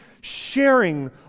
sharing